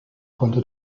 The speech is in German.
konnte